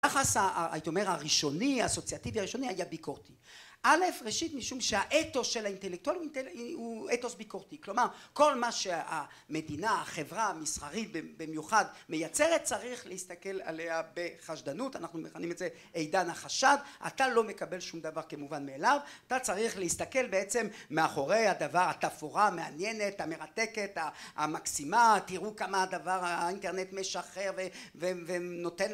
היחס היית אומר הראשוני, האסוציאטיבי הראשוני, היה ביקורתי. א', ראשית משום שהאתוס של האינטלקטואלים הוא אתוס ביקורתי. כלומר, כל מה שהמדינה, החברה המסחרית במיוחד, מייצרת צריך להסתכל עליה בחשדנות, אנחנו מכנים את זה עידן החשד, אתה לא מקבל שום דבר כמובן מאליו, אתה צריך להסתכל בעצם מאחורי הדבר... התפאורה המעניינת, המרתקת, המקסימה, תראו כמה הדבר... האינטרנט משחרר ונותן